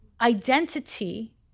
identity